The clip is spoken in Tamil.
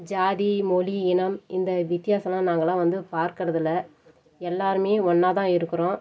ஜாதி மொழி இனம் இந்த வித்தியாசமெலாம் நாங்கலெலாம் வந்து பார்க்குறது இல்லை எல்லாேருமே ஒன்றா தான் இருக்கிறோம்